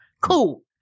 Cool